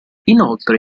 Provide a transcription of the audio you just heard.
inoltre